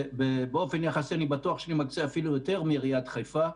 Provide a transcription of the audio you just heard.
באופן יחסי אני בטוח שאני מקצה אפילו יותר מעיריית חיפה.